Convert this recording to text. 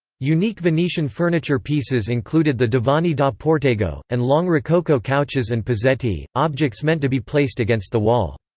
unique venetian furniture pieces included the divani da portego, and long rococo couches and pozzetti, objects meant to be placed against the wall.